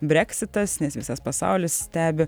breksitas nes visas pasaulis stebi